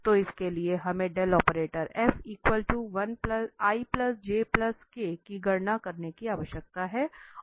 तो इसके लिए हमें की गणना करने की आवश्यकता है